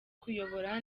kuyobora